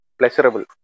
pleasurable